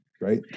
right